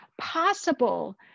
possible